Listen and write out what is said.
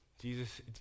Jesus